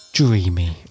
Dreamy